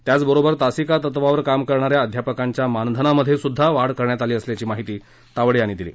त्याचबरोबर तासिका तत्वावर काम करणाऱ्या अध्यापकांच्या मानधनामध्ये सुध्दा वाढ करण्यात आली असल्याची माहिती तावडे यांनी दिली